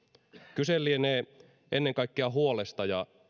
kyse lienee ennen kaikkea huolesta ja